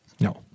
No